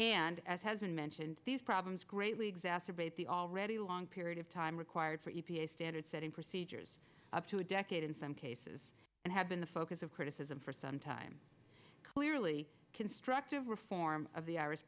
and as has been mentioned these problems greatly exacerbate the already long period of time required for e p a standards setting procedures up to a decade in some cases and had been the focus of criticism for some time clearly constructive reform of the